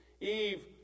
Eve